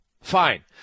Fine